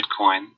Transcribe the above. Bitcoin